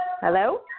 Hello